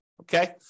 okay